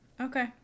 okay